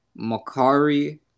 Makari